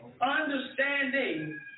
understanding